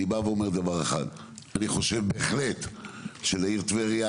אני בא ואומר דבר אחד: אני חושב בהחלט שלעיר טבריה